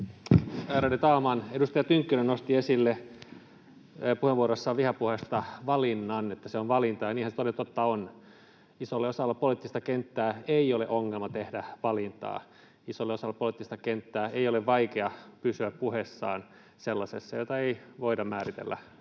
Edustaja Tynkkynen nosti puheenvuorossaan vihapuheesta esille valinnan, että se on valinta, ja niinhän se toden totta on. Isolle osalle poliittista kenttää ei ole ongelma tehdä valintaa. Isolle osalle poliittista kenttää ei ole vaikeaa pysyä puheessaan sellaisessa, jota ei voida määritellä